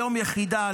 ליום יחידה,